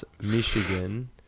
Michigan